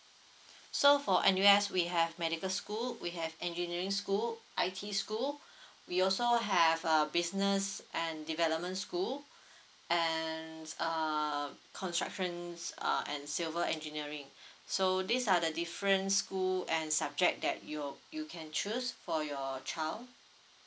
so for N_U_S we have medical school we have engineering school I_T school we also have uh business and development school and uh constructions uh and silver engineering so these are the different school and subject that you you can choose for your child